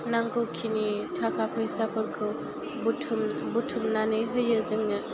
नांगौ खिनि थाखा फैसाफोरखौ बुथुम बुथुमनानै होयो जोंनो